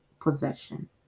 possession